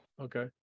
Okay